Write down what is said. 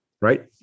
right